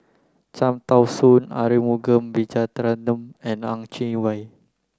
Cham Tao Soon Arumugam Vijiaratnam and Ang Chwee Chai